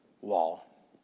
wall